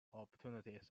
opportunities